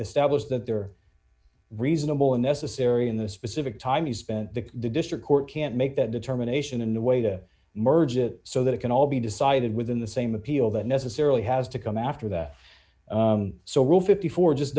establish that there are reasonable and necessary in the specific time you spent the district court can't make that determination in a way to merge it so that it can all be decided within the same appeal that necessarily has to come after that so will fifty four just